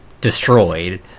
destroyed